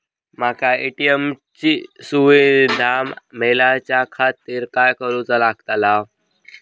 माका ए.टी.एम ची सुविधा मेलाच्याखातिर काय करूचा लागतला?